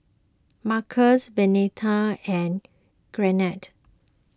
Marcus Venita and Garnett